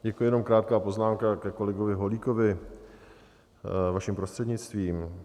Děkuji, jenom krátká poznámka ke kolegovi Holíkovi, vaším prostřednictvím.